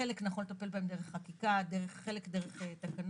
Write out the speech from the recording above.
חלק נכון לטפל בהם דרך חקיקה, חלק דרך תקנות.